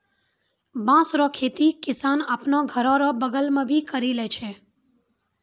बाँस रो खेती किसान आपनो घर रो बगल मे भी करि लै छै